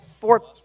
four